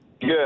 Good